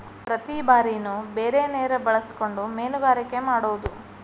ಪ್ರತಿ ಬಾರಿನು ಬೇರೆ ನೇರ ಬಳಸಕೊಂಡ ಮೇನುಗಾರಿಕೆ ಮಾಡುದು